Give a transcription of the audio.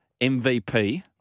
MVP –